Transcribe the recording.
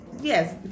yes